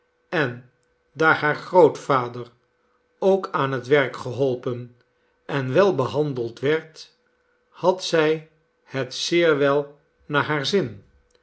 en daar haar grootvader ook aan het werk geholpen en wel behandeld werd had zij het zeer wel naar haar zin